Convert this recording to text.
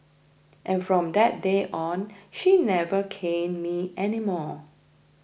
and from that day on she never caned me any more